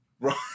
right